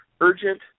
urgent